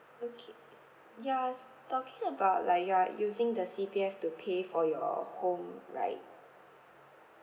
okay ya s~ talking about like you are using the C_B_F to pay for your home right